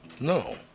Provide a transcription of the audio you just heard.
No